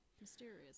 Mysterious